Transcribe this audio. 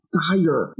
dire